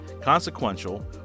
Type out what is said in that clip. consequential